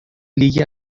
لیگ